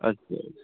আচ্ছা আচ্ছা